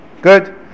Good